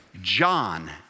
John